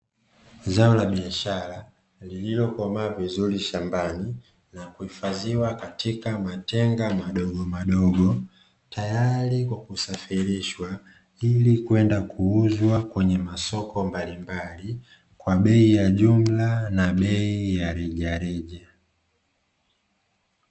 Zao la biashara lililokomaa vizuri shambani na kuhifadhiwa katika matenga madogomadogo, tayari kwa kusafirishwa ili kwenda kuuzwa kwenye masoko mbalimbali, kwa bei ya jumla na bei ya rejareja.